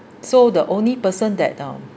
so the only person that uh